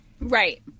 right